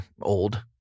old